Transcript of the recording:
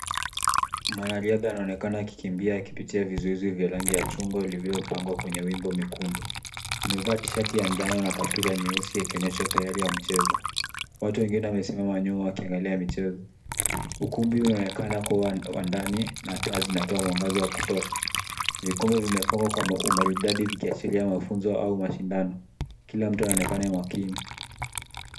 Mwanariadha anaonekana akikimbia, akipitia vizuizi vya rangi ya chungwa vilivyopangwa kwenye wimbo mwekundu. Amevaa t-shati ya njano na kaptura nyeusi, akionyesha utayari wa michezo. Watu wengine wamesimama nyuma, wakiangalia mchezo. Ukumbi unaonekana kuwa wa ndani, na taa zinatoa mwangaza wa kutosha. Vikombe vimepangwa kwa umaridadi, vikiashiria mafunzo au mashindano. Kila mtu anaonekana makini.